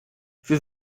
wir